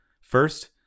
First